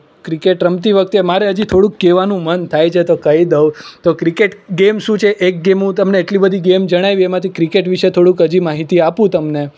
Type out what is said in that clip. cricket રમતી વખતે મારે હજી થોડુંક કહેવાનું મન થાય છે તો કહી દઉં તો ક્રિકેટ ગેમ શું છે એક ગેમ હું તમને એટલી બધી ગેમ જણાવી એમાંથી ક્રિકેટ વિષે થોડુંક હજી માહિતી આપું તમને